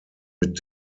mit